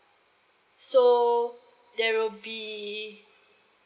so there will be